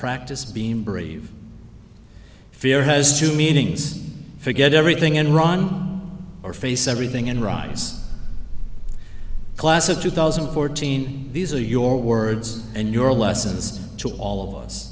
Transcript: practice being brave fear has two meanings forget everything enron or face everything and rise class of two thousand and fourteen these are your words and your lessons to all of us